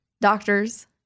Doctors